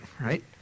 right